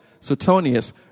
Suetonius